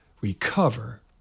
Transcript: Recover